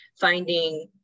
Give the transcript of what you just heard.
finding